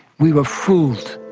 we were fooled.